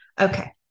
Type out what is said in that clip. Okay